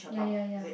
yeah yeah yeah